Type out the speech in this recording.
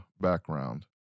background